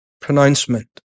pronouncement